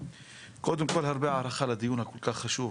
קודם כל הרבה הערכה לדיון הכל כך חשוב,